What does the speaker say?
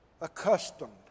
accustomed